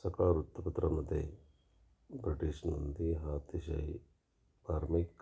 सकाळ वृत्तपत्रांमध्ये ब्रिटिश नंदी हा अतिशय मार्मिक